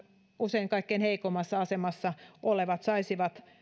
usein kaikkein heikoimmassa asemassa olevat saisivat